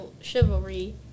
chivalry